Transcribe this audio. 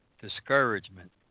discouragement